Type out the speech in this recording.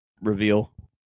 reveal